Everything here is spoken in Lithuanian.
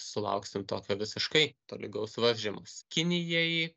sulauksim tokio visiškai tolygaus varžymosi kinijai